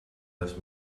les